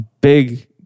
big